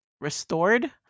restored